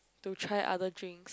to try other drink